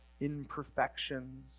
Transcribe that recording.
imperfections